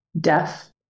deaf